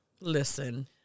Listen